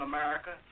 America